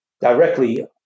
directly